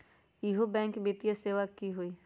इहु बैंक वित्तीय सेवा की होई?